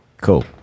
Cool